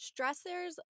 stressors